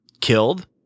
killed